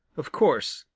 of course,